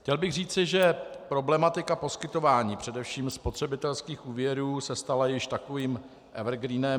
Chtěl bych říci, že problematika poskytování především spotřebitelských úvěrů se stala již takovým evergreenem.